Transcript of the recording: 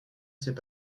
s’est